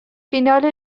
فینال